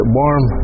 warm